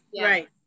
right